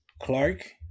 Clark